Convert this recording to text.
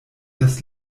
das